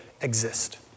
exist